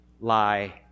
lie